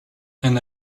and